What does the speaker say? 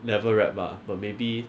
never wrap ah but maybe